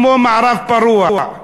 כמו במערב הפרוע.